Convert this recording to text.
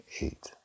eight